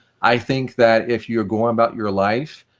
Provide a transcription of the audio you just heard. i think that if you're going about your life,